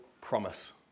promise